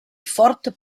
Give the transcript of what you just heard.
fort